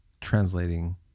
translating